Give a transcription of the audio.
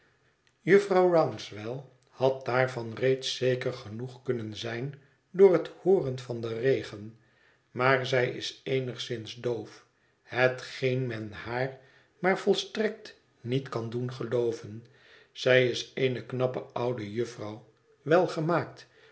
jufvrouw rouncewell had daarvan reeds zeker genoeg kunnen zijn door het hoöreii van den regen maar zij is eenigszins doof hetgeen men haar maar volstrekt niet kan doen gelooven zij is eene knappe oude jufvrouw welgemaakt